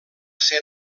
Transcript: ser